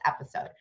episode